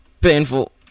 painful